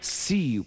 see